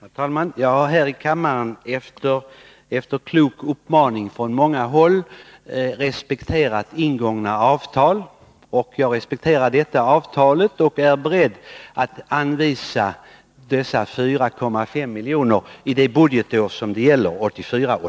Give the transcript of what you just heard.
Herr talman! Jag har här i kammaren efter klok uppmaning från många håll respekterat ingångna avtal, och jag respekterar också detta avtal. Jag är beredd att ansluta mig till att man anvisar dessa 4,5 miljoner för det budgetår som det gäller, 1984/85.